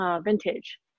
vintage